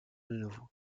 nouveau